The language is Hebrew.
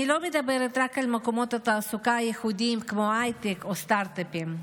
אני לא מדברת רק על מקומות התעסוקה הייחודיים כמו הייטק או סטרטאפים.